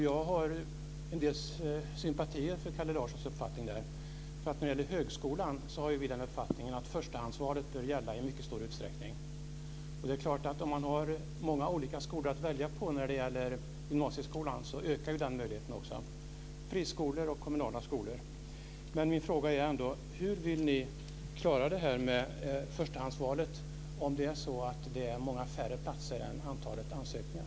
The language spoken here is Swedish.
Jag har en del sympatier för Kalle Larssons uppfattning. När det gäller högskolan har vi den uppfattningen att förstahandsvalet bör gälla i mycket stor utsträckning. Om man har många olika skolor, friskolor och kommunala skolor, att välja mellan i gymnasieskolan, ökar möjligheterna. Min fråga är ändå: Hur vill ni klara förstahandsvalet om antalet tillgängliga platser är mindre än antalet ansökningar?